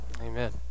Amen